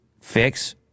fix